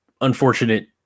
unfortunate